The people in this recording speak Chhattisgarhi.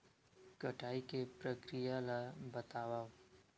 कटाई के प्रक्रिया ला बतावव?